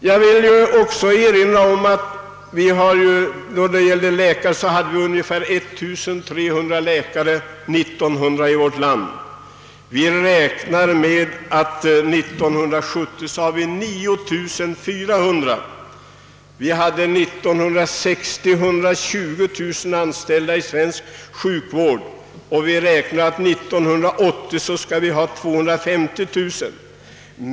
År 1900 fanns det ungefär 1300 läkare i vårt land. Vi räknar med att antalet år 1970 skall vara 9 400. år 1960 hade vi 120 000 anställda i svensk sjukvård, och vi räknar med att siffran år 1980 skall vara 250 000.